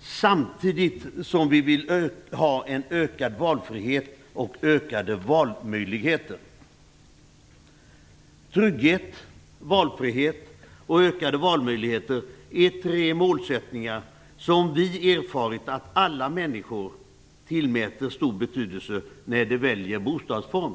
samtidigt som vi vill ha ökad valfrihet och ökade valmöjligheter. Trygghet, valfrihet och ökade valmöjligheter är tre målsättningar som vi erfarit att alla människor tillmäter stor betydelse när de väljer bostadsform.